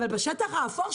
אבל בשטח האפור,